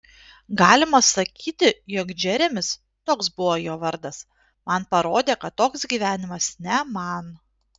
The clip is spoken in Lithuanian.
galima sakyti jog džeremis toks buvo jo vardas man parodė kad toks gyvenimas ne man